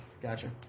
Gotcha